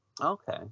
Okay